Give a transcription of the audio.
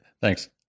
thanks